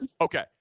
Okay